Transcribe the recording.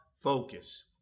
focus